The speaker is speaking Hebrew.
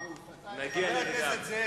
הכנסת,